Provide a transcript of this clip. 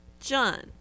John